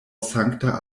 sankta